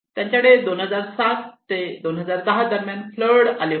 त्यांच्याकडे 2007 ते 2010 दरम्यान फ्लड आले होते